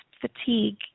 fatigue